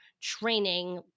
training